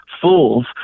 fools